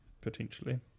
potentially